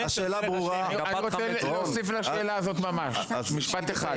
אני רוצה להוסיף לשאלה הזאת ממש משפט אחד,